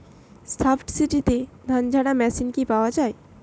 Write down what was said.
সাবসিডিতে ধানঝাড়া মেশিন কি পাওয়া য়ায়?